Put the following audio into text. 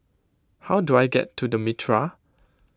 how do I get to the Mitraa